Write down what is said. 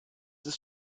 ist